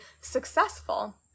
successful